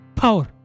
power